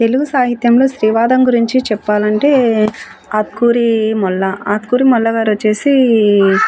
తెలుగు సాహిత్యంలో స్త్రీ వాదం గురించి చెప్పాలంటే ఆత్కూరి మొల్ల ఆత్కూరి మొల్లగారు వచ్చేసి